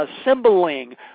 assembling